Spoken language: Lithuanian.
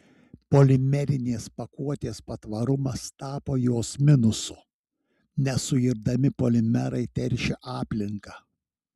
polimerinės pakuotės patvarumas tapo jos minusu nesuirdami polimerai teršia aplinką